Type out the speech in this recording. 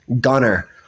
gunner